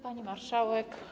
Pani Marszałek!